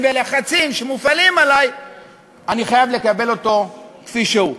והלחצים שמופעלים עלי אני חייב לקבל אותו כפי שהוא?